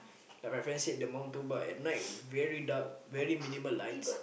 like my friend said the motorbike at night very dark very minimal lights